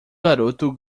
garoto